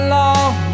long